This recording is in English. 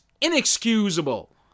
inexcusable